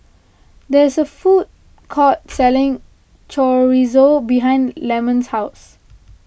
there is a food court selling Chorizo behind Lemon's house